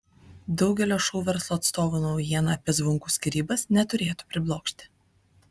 daugelio šou verslo atstovų naujiena apie zvonkų skyrybas neturėtų priblokšti